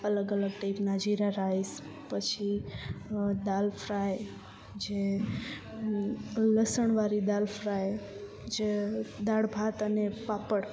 અલગ અલગ ટાઈપના જીરા રાઈસ પછી દાલ ફ્રાય જે લસણવાળી દાલ ફ્રાય જે દાળ ભાત અને પાપડ